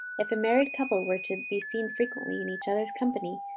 if a married couple were to be seen frequently in each other's company,